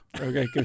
Okay